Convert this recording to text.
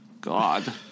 God